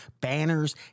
banners